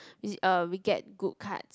is uh we get good cards